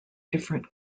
different